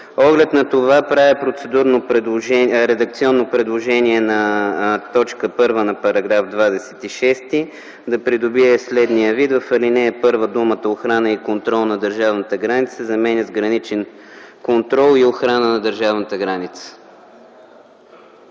оглед на това правя редакционно предложение т. 1 на § 26 да придобие следния вид в ал. 1 – думите „охрана и контрол на държавната граница” се заменят с „граничен контрол и охрана на държавната граница”.